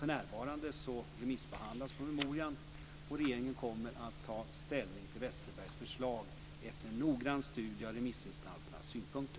För närvarande remissbehandlas promemorian. Regeringen kommer att ta ställning till Westerbergs förslag efter en noggrann studie av remissinstansernas synpunkter.